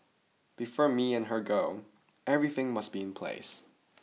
before me and her go everything must be in place